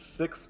six